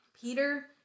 Peter